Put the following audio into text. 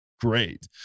great